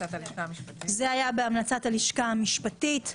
זה היה בהמלצת הלשכה המשפטית.